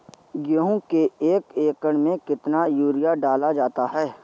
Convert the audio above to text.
गेहूँ के एक एकड़ में कितना यूरिया डाला जाता है?